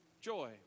joy